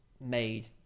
made